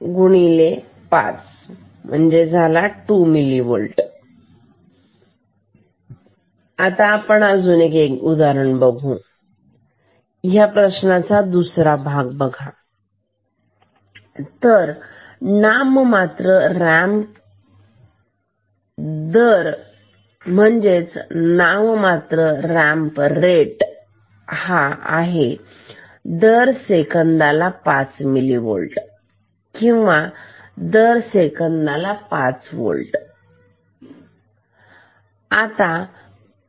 2 mV आता आपण दुसरे उदाहरण म्हणून दुसरा भाग बघू या प्रश्नाचा दुसरा भाग बघा तर नाममात्र रॅम्प दर नॉमिनल रॅम्प रेट आहे दर सेकंदाला 5 मिली व्होल्ट किंवा दर सेकंदाला पाच व्होल्ट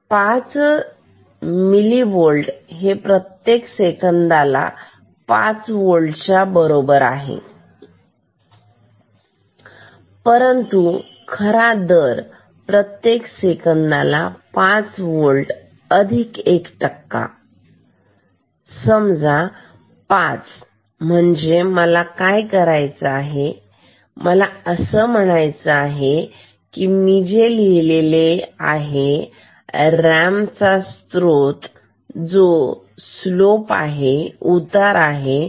पाच मिली सेकंदाला पाच मिली व्होल्ट हे प्रत्येक सेकंदाला 5 व्होल्ट याच्या बरोबरीचे आहे परंतु खरा दर प्रत्येक सेकंदाला पाच व्होल्ट अधिक एक टक्का समजा पाच म्हणजे मला काय म्हणायचं आहे मला असे म्हणायचे आहे की ती लिहिलेले आहे रॅम्प चा स्त्रोत जो स्लोप आहे उतार आहे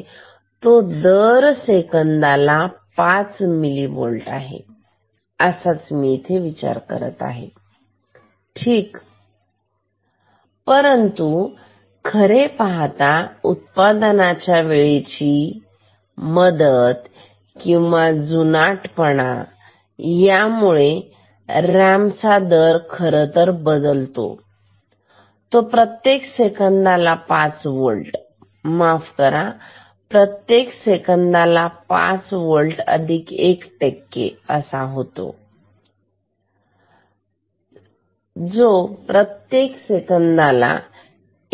दर सेकंदाला पाच मिलीव्होल्ट हाच मी विचार करत होते ठीक आहे परंतुखरे पाहता उत्पादनाच्या वेळेची मदतकिंवा जुनाट पणा यामुळे रॅम्पचा दर खरतर बदलतो आणि तो प्रत्येक सेकंदाला पाच वोल्ट माफ करा प्रत्येक सेकंदाला पाच होल्ट अधिक एक टक्के असा होतो जो प्रत्येक सेकंदाला1